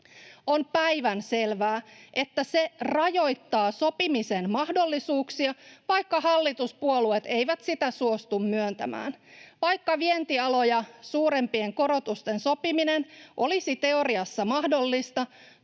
On päivänselvää, että se rajoittaa sopimisen mahdollisuuksia, vaikka hallituspuolueet eivät sitä suostu myöntämään. Vaikka vientialoja suurempien korotusten sopiminen olisi teoriassa mahdollista,